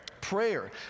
prayer